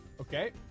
okay